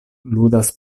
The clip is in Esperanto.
ludas